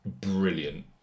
brilliant